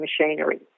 machinery